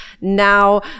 now